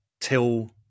Till